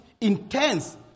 intense